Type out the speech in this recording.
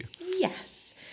Yes